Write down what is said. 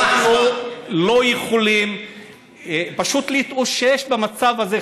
אנחנו פשוט לא יכולים להתאושש במצב הזה,